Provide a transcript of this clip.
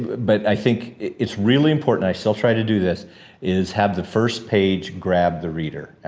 but i think it's really important, i still try to do this is have the first page grab the reader,